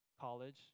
college